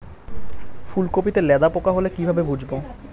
ফুলকপিতে লেদা পোকা হলে কি ভাবে বুঝবো?